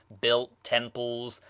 built temples,